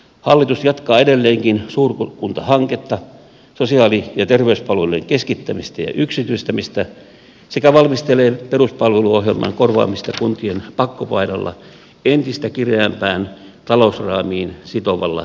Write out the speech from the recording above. hallitus jatkaa edelleenkin suurkuntahanketta sosiaali ja terveyspalvelujen keskittämistä ja yksityistämistä sekä valmistelee peruspalveluohjelman korvaamista kuntien pakkopaidalla entistä kireämpään talousraamiin sitovalla ohjausjärjestelmällä